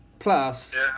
Plus